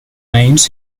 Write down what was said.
names